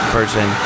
person